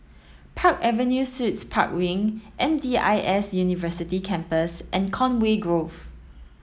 Park Avenue Suites Park Wing M D I S University Campus and Conway Grove